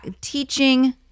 teaching